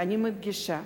ואני מדגישה: